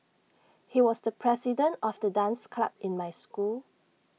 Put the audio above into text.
he was the president of the dance club in my school